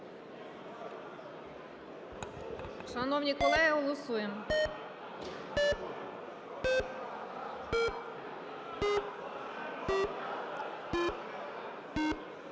Шановні колеги, голосуємо.